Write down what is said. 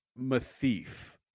Mathief